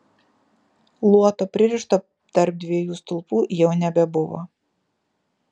luoto pririšto tarp dviejų stulpų jau nebebuvo